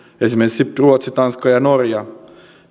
esimerkiksi ruotsi tanska ja norja